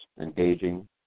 engaging